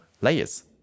layers